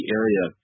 area